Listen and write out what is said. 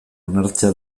onartzea